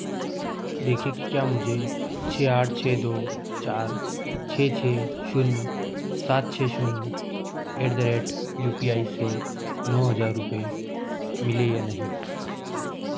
देखें कि क्या मुझे छः आठ छः दो चार छः छः शून्य सात छः शून्य at the rate U P I से नौ हज़ार रुपये मिले या नहीं